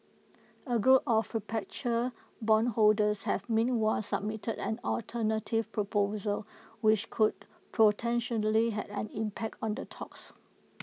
A group of perpetual bondholders have meanwhile submitted an alternative proposal which could potentially have an impact on the talks